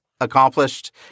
accomplished